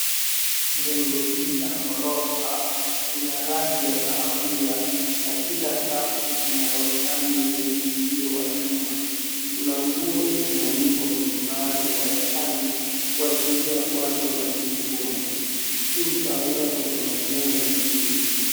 Jengo hili la ghorofa lina rangi ya kahawia na kila safu ina roshani zenye uzio wa chuma. Kuna nguo zimeanikwa kwenye baadhi ya roshani kuashiria watu wanaishi humo. Hii ni kawaida kwenye maeneo ya mjini.